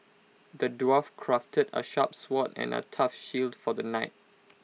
the dwarf crafted A sharp sword and A tough shield for the knight